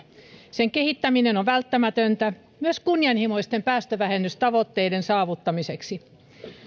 sen kehittäminen on välttämätöntä myös kunnianhimoisten päästövähennystavoitteiden saavuttamiseksi